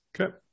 Okay